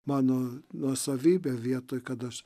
mano nuosavybė vietoj kad aš